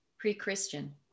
pre-Christian